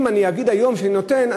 אם אני אגיד היום שאני נותנת,